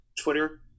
Twitter –